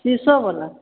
शीशो बला